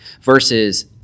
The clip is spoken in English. versus –